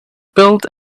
build